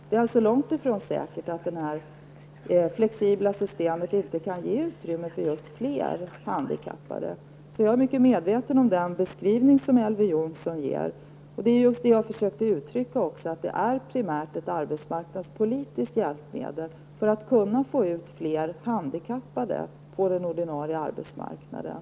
Det är alltså långt ifrån säkert att det här flexibla systemet inte kan ge utrymme för fler handikappade. Den beskrivning som Elver Jonsson ger är jag alltså mycket medveten om. Det är just detta som jag också försökte uttrycka -- att det är ett primärt arbetsmarknadspolitiskt hjälpmedel för att kunna få ut fler handikappade på den ordinarie arbetsmarknaden.